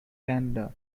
canada